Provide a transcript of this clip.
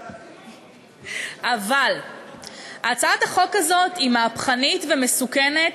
אבל הצעת החוק הזאת היא מהפכנית ומסוכנת,